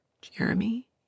Jeremy